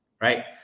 right